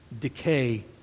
decay